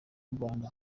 rwanda